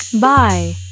Bye